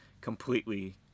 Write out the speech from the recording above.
completely